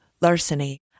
larceny